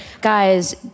Guys